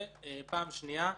ופעם שנייה,